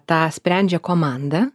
tą sprendžia komanda